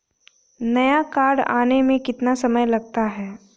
नया कार्ड आने में कितना समय लगता है?